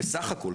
בסך הכל.